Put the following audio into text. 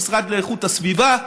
המשרד לאיכות הסביבה.